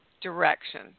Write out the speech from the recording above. direction